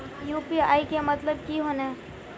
UPI के मतलब की होने?